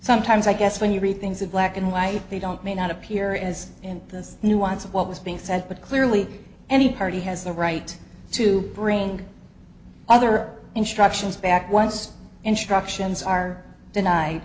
sometimes i guess when you read things that black and white they don't may not appear as and the nuance of what was being said but clearly any party has the right to bring other instructions back once instructions are den